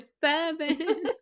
seven